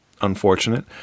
unfortunate